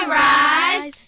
rise